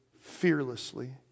fearlessly